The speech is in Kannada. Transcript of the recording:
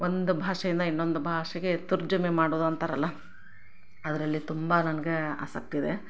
ಒಂದು ಭಾಷೆಯಿಂದ ಇನ್ನೊಂದು ಭಾಷೆಗೆ ತರ್ಜುಮೆ ಮಾಡೋದು ಅಂತಾರಲ್ವ ಅದರಲ್ಲಿ ತುಂಬ ನನಗೆ ಆಸಕ್ತಿ ಇದೆ